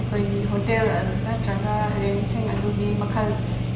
ꯑꯩꯈꯣꯏꯒꯤ ꯍꯣꯇꯦꯜ ꯅꯠꯇ꯭ꯔꯒ ꯔꯦꯟꯁꯤꯡ ꯑꯗꯨꯒꯤ ꯃꯈꯜ